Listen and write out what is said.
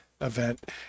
event